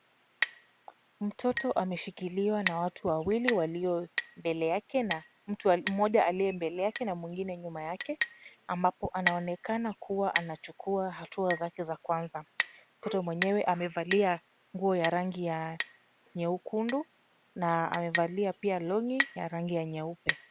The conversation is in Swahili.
Mtoto ameshikiliwa na watu wawili walio mbele yake na mtu mmoja aliye mbele yake na mwingine nyuma yake ambapo anaonekana kuwa anachukua hatua zake za kwanza. Mtoto mwenyewe amevalia nguo ya rangi ya nyekundu na amevalia pia long'i ya rangi ya nyeupe.